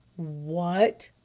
what?